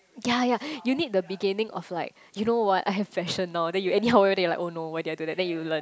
ya ya you need the beginning of like you know what I have fashion now then you anyhow wear then you like oh no why did I do that then you learn